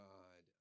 God